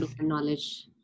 knowledge